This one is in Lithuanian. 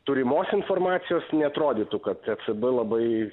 turimos informacijos neatrodytų kad efb labai